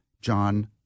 John